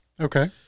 Okay